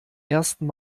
ersten